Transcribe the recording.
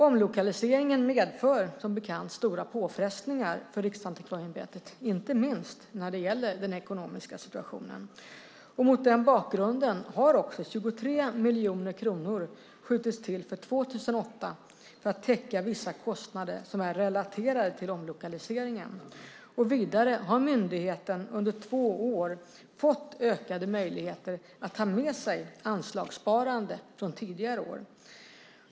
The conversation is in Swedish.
Omlokaliseringen medför som bekant stora påfrestningar för Riksantikvarieämbetet, inte minst när det gäller den ekonomiska situationen. Mot den bakgrunden har 23 miljoner kronor skjutits till för 2008 för att täcka vissa kostnader som är relaterade till omlokaliseringen. Vidare har myndigheten under två år fått ökade möjligheter att ta med sig anslagssparande från tidigare år.